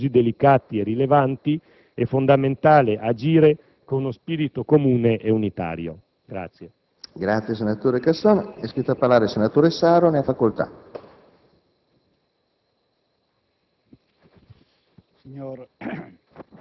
nella consapevolezza che, di fronte a problemi di sicurezza così delicati e rilevanti, è fondamentale agire con uno spirito comune e unitario. PRESIDENTE. È iscritto a parlare il senatore Saro. Ne ha facoltà.